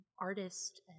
artist